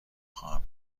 خواهم